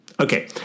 Okay